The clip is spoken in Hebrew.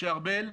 מדבר משה ארבל.